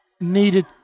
needed